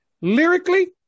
lyrically